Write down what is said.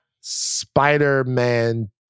Spider-Man